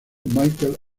michael